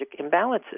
imbalances